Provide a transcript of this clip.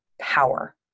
power